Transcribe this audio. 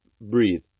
breathe